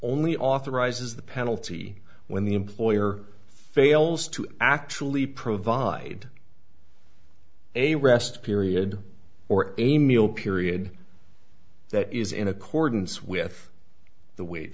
only authorizes the penalty when the employer fails to actually provide a rest period or a meal period that is in accordance with the